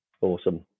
Awesome